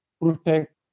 protect